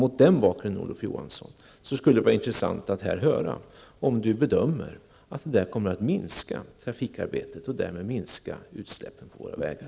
Mot den bakgrunden skulle det vara intressant att höra om Olof Johansson bedömer att detta kommer att minska trafikarbetet och därmed minska utsläppen på våra vägar.